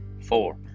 Four